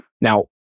Now